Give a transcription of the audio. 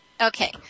Okay